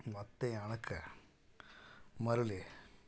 ಮತ್ತೆ ಯಾಣಕ್ಕೆ ಮರಳಿ